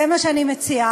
זה מה שאני מציעה.